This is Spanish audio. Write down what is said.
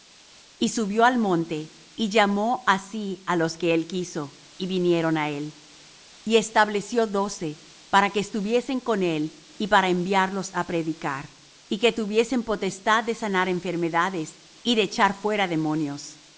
y subió al monte y llamó á sí á los que él quiso y vinieron á él y estableció doce para que estuviesen con él y para enviarlos á predicar y que tuviesen potestad de sanar enfermedades y de echar fuera demonios